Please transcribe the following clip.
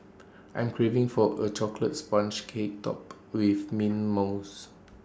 I am craving for A Chocolate Sponge Cake Topped with Mint Mousse